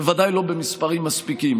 בוודאי לא במספרים מספיקים.